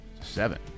seven